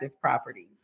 properties